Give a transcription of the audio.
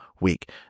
week